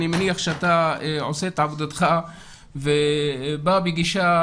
אני מניח שאתה עושה את עבודתך ובא בגישה